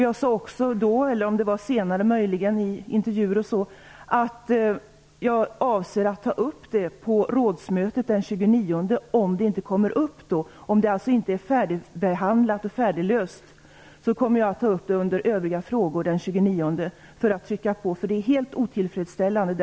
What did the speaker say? Jag sade vid det aktuella tillfället, eller möjligen senare i någon intervju e.d., att jag avser att ta upp detta på rådsmötet den 29, om det då inte ändå skall behandlas. Om frågan den 29 inte är färdigbehandlad och löst, kommer jag då att ta upp den under övriga frågor för att trycka på, eftersom den ordning som nu råder är helt otillfredsställande.